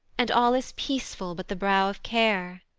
and all is peaceful but the brow of care.